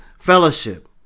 fellowship